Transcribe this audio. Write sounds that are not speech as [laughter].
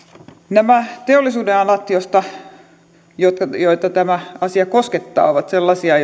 nämä teollisuudenalat joita tämä asia koskettaa ovat sellaisia [unintelligible]